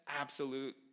absolute